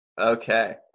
Okay